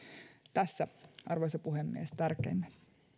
tässä arvoisa puhemies tärkeimmät